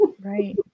Right